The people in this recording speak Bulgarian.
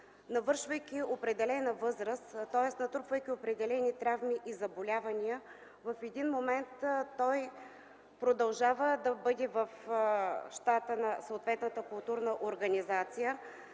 навършвайки определена възраст, натрупва определени травми и заболявания, в един момент продължава да бъде в щата на съответната културна организация.